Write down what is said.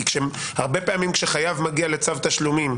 כי הרבה פעמים כשחייב מגיע לצו תשלומים